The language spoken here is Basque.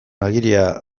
agiria